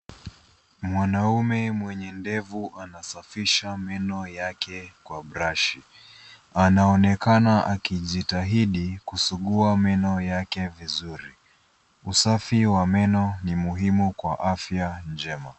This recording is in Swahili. Mwanaume mwenye ndevu anasafisha meno yake kwa brashi. Anaonekana akijitahidi kusugua meno yake vizuri. Usafi wa meno ni muhimu kwa afya njema.